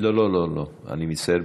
לא לא לא, אני מצטער.